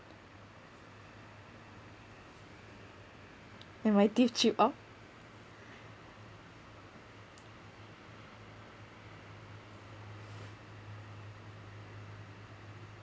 am I